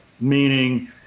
meaning